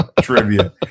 trivia